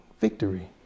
victory